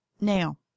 Now